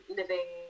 living